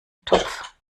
topf